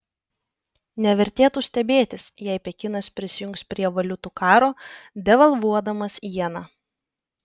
nevertėtų stebėtis jei pekinas prisijungs prie valiutų karo devalvuodamas jeną